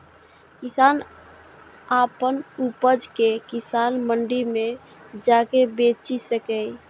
किसान अपन उपज कें किसान मंडी मे जाके बेचि सकैए